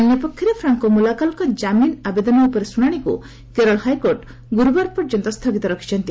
ଅନ୍ୟପକ୍ଷରେ ଫ୍ରାଙ୍କୋ ମୁଲାକାଲଙ୍କ ଜାମିନ୍ ଆବେଦନ ଉପରେ ଶୁଣାଶିକୁ କେରଳ ହାଇକୋର୍ଟ ଗୁରୁବାର ପର୍ଯ୍ୟନ୍ତ ସ୍ଥଗିତ ରଖିଛନ୍ତି